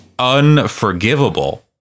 unforgivable